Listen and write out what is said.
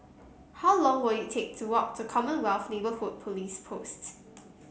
how long will it take to walk to Commonwealth Neighbourhood Police Post